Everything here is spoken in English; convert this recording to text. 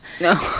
no